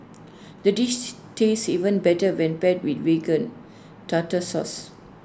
the dish tastes even better when paired with Vegan Tartar Sauce